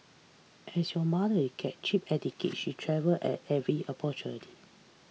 as you mother get cheap tickets she travel at every opportunity